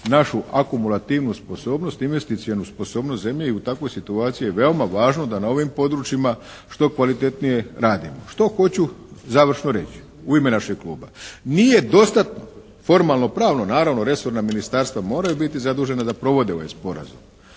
našu akumulativnu sposobnost, investicionu sposobnost zemlje i u takvoj situacji je veoma važno da na ovim područjima što kvalitetnije radimo. Što hoću završno reći u ime našeg kluba? Nije dostatno formalno pravno naravno resorna ministarstva moraju biti zadužena da provode ovaj sporazum,